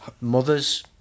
Mothers